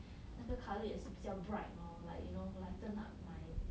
那个 colour 也是比较 bright lor like you know lighten up my